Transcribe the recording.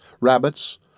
rabbits